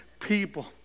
people